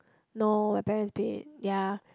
no my parents paid ya